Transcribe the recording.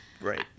right